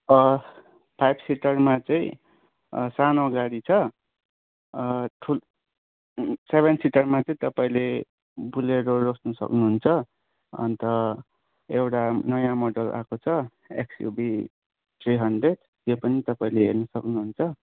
five सिटरमा चाहिँ सानो गाडी छ सेभेन सिटरमा चाहिँ तपाईँले बुलेरो रोज्नु सक्नुहुन्छ अन्त एउटा नयाँ मोडल आएको छ एक्सयूभी थ्री हन्ड्रेड त्यो पनि तपाईँले हेर्नु सक्नुहुन्छ